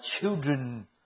children